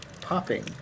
popping